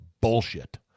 bullshit